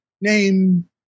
Name